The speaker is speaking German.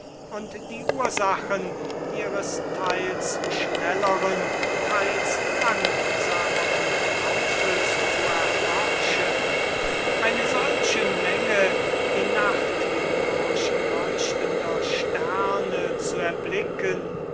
und die ursachen ihres theils schnelleren theils langsameren laufes zu erforschen eine solche menge die nacht hindurch leuchtender sterne zu erblicken